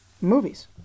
movies